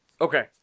Okay